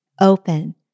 open